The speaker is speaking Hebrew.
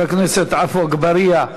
חבר הכנסת עפו אגבאריה,